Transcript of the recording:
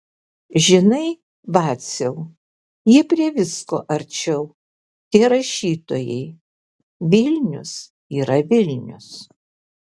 žinai vaciau jie prie visko arčiau tie rašytojai vilnius yra vilnius